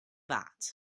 that